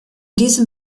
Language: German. diesem